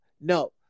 no